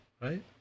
right